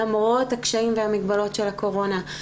למרות הקשיים והמגבלות של הקורונה,